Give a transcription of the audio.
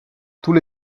toutes